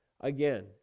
Again